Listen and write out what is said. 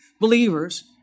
believers